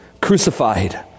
crucified